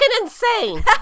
insane